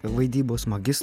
vaidybos magistrą